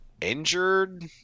injured